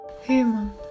human